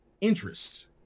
interest